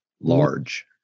large